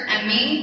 Emmy